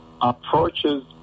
approaches